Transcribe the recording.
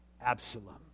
Absalom